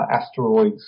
asteroids